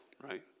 right